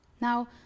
Now